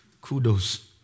kudos